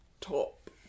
top